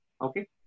Okay